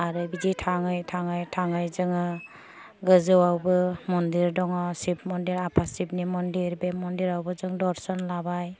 आोर बिदि थाङै थाङै थाङै जोङो गोजौआवबो मन्दिर दङ शिब मन्दिर आफा शिबनि मन्दिर बे मन्दिरावबो जों दर्शन लाबाय